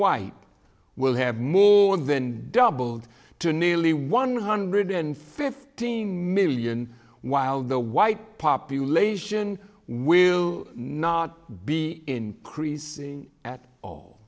white will have more than doubled to nearly one hundred fifty million while the white population will not be increasing at all